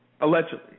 allegedly